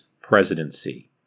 presidency